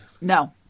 No